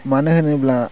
मानो होनोब्ला